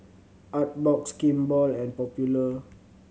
Artbox Kimball and Popular